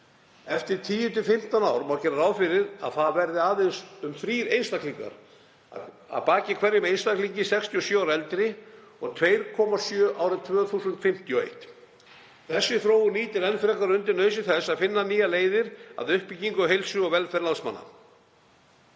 fimmtán ár má gera ráð fyrir að það verði aðeins um þrír einstaklingar að baki hverjum einstaklingi 67 ára og eldri og 2,7 árið 2051. Þessi þróun ýtir enn frekar undir nauðsyn þess að finna nýjar leiðir að uppbyggingu heilsu og velferðar landsmanna.